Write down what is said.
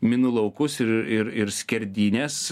minų laukus ir ir ir skerdynes